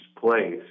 place